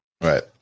right